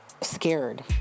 scared